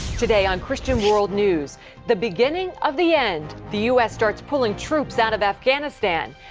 today on christian world news the beginning of the end. the u s. starts pulling troops out of afghanistan.